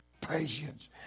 patience